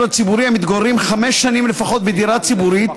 הציבורי המתגוררים חמש שנים לפחות בדירה ציבורית,